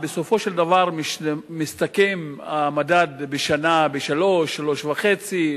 בסופו של דבר מסתכם המדד בשנה ב-3% 3.5%,